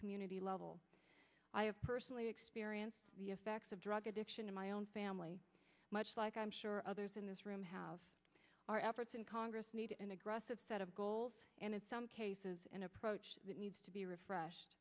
community level i have personally experienced the effects of drug addiction in my own family much like i'm sure others in this room have our efforts in congress need an aggressive set of goals and in some cases an approach that needs to be refreshed